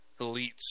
elites